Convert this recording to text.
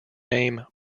name